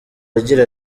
agira